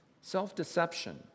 Self-deception